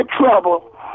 trouble